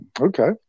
Okay